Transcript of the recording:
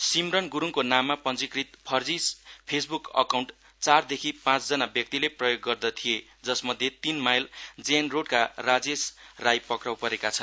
सिम्रन गुरूङको नाममा पञ्जीकृत फर्जी फेसबुक अकाउण्ट चारदेखि पाँचजना व्यक्तिले प्रयोग गर्दैथिए जसमध्ये तीन माईल जे एन रोडका राजेश राई पक्रा परेका छन्